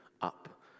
up